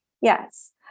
Yes